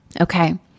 okay